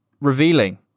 revealing